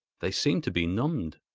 they seemed to be numbed.